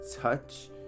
touch